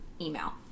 email